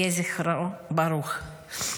יהי זכרו ברוך.